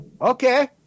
Okay